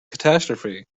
catastrophe